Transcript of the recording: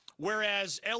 Whereas